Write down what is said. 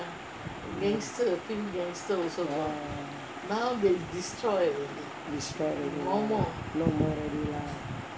oh destroy ready lah no more already lah